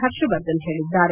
ಪರ್ಷವರ್ಧನ್ ಹೇಳಿದ್ದಾರೆ